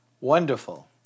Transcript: Wonderful